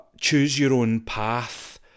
choose-your-own-path